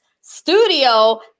studio